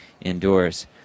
indoors